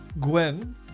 Gwen